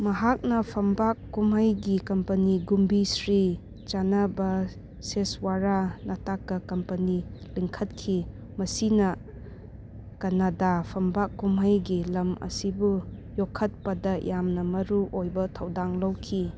ꯃꯍꯥꯛꯅ ꯐꯝꯕꯥꯛ ꯀꯨꯝꯍꯩꯒꯤ ꯀꯝꯄꯅꯤ ꯒꯨꯝꯕꯤ ꯁ꯭ꯔꯤ ꯆꯥꯟꯅꯕꯁꯦꯁ꯭ꯋꯥꯔꯥ ꯅꯇꯥꯛꯀ ꯀꯝꯄꯅꯤ ꯂꯤꯡꯈꯠꯈꯤ ꯃꯁꯤꯅ ꯀꯅꯥꯗꯥ ꯐꯝꯕꯥꯛ ꯀꯨꯝꯍꯩꯒꯤ ꯂꯝ ꯑꯁꯤꯕꯨ ꯌꯣꯛꯈꯠꯄꯗ ꯌꯥꯝꯅ ꯃꯔꯨꯑꯣꯏꯕ ꯊꯧꯗꯥꯡ ꯂꯧꯈꯤ